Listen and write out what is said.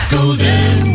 Golden